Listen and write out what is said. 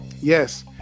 yes